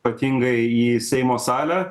ypatingai į seimo salę